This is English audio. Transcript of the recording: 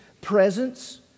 presence